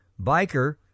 biker